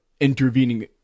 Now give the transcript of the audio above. intervening